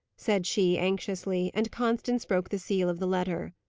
said she anxiously and constance broke the seal of the letter.